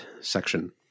section